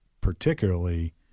particularly